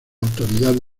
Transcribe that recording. autoridad